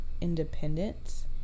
independence